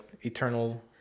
Eternal